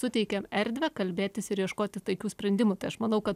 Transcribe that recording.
suteikiam erdvę kalbėtis ir ieškoti taikių sprendimų tai aš manau kad